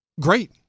great